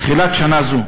בתחילת שנה זו,